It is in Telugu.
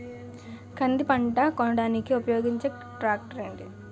కంది పంట కోయడానికి ఉపయోగించే ట్రాక్టర్ ఏంటి?